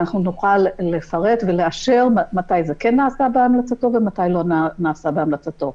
אנחנו נוכל לפרט ולאשר מתי זה כן נעשה בהמלצתו ומתי לא נעשה בהמלצתו.